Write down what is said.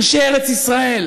אנשי ארץ ישראל,